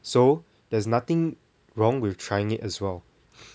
so there's nothing wrong with trying it as well